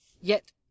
Yet